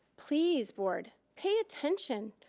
please board, pay attention.